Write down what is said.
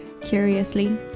curiously